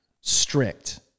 strict